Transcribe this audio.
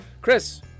chris